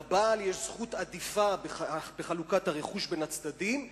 לבעל יש זכות עדיפה בחלוקת הרכוש בין הצדדים,